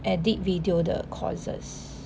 edit video 的 courses